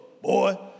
boy